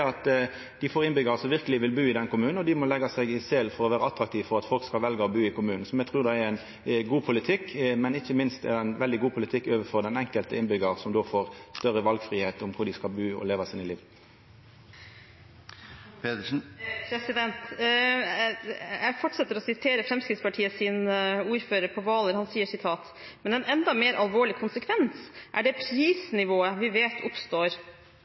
at dei får innbyggjarar som verkeleg vil bu i kommunen. Dei må leggja seg i selen for å vera attraktive for at folk skal velja å bu i kommunen. Me trur det er ein god politikk. Ikkje minst er det ein veldig god politikk for dei enkelte innbyggjarane, som då får større valfridom for kvar dei skal bu og leva sine liv. Jeg fortsetter å sitere Fremskrittspartiets ordfører på Hvaler. Han sier: «Men en enda mer alvorlig konsekvens er det prisnivået vi vet oppstår,